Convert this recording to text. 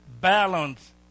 balance